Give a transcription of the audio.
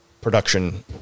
production